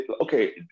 Okay